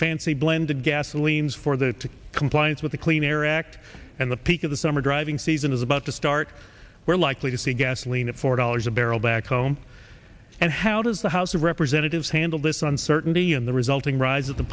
fancy blended gasoline's for the compliance with the clean air act and the peak of the summer driving season is about to start we're likely to see gasoline at four dollars a barrel back home and how does the house of representatives handle this uncertainty and the resulting rise at the